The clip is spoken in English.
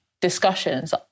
discussions